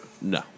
No